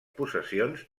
possessions